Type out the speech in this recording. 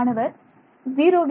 மாணவர் ஜீரோவில்